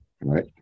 right